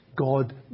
God